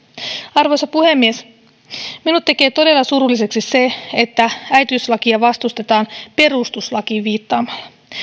arvoisa puhemies minut tekee todella surulliseksi se että äitiyslakia vastustetaan perustuslakiin viittaamalla